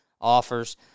offers